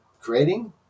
Creating